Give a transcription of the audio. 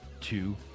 two